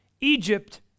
Egypt